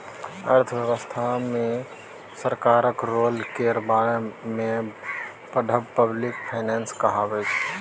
अर्थव्यवस्था मे सरकारक रोल केर बारे मे पढ़ब पब्लिक फाइनेंस कहाबै छै